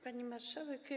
Pani Marszałek!